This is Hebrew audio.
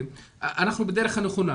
אנחנו בדרך הנכונה.